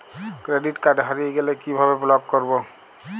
Credit card হারিয়ে গেলে কি ভাবে ব্লক করবো?